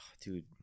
Dude